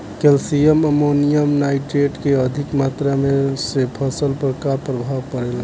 Calcium ammonium nitrate के अधिक मात्रा से फसल पर का प्रभाव परेला?